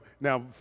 now